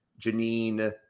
Janine